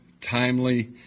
timely